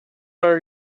are